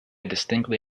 distinctly